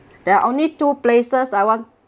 there are only two places I want